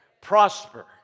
Prosper